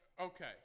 Okay